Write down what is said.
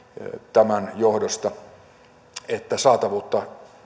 tämän johdosta että saatavuutta